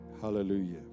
Hallelujah